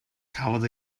cafodd